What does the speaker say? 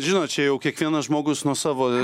žinot čia jau kiekvienas žmogus nuo savo